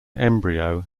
embryo